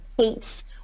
hates